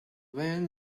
when